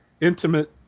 intimate